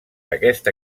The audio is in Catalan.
aquesta